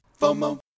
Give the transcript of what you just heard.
FOMO